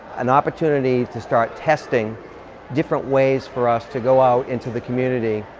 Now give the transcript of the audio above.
an opportunity to start testing different ways for us to go out into the community,